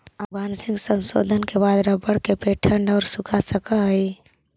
आनुवंशिक संशोधन के बाद रबर के पेड़ ठण्ढ औउर सूखा सह सकऽ हई